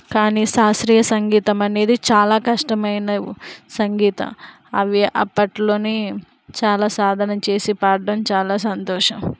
కానీ శాస్త్రీయ సంగీతం అనేది చాలా కష్టమైన సంగీతం అవి అప్పట్లోనే చాలా సాధన చేసి పాడటం చాలా సంతోషం